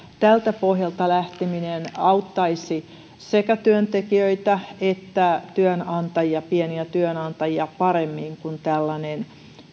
tältä pohjalta lähteminen auttaisi sekä työntekijöitä että työnantajia pieniä työnantajia paremmin kuin tällainen